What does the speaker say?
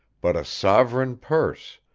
but a sovereign purse,